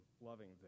loving